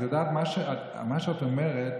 את יודעת, מה שאת אומרת,